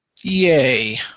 yay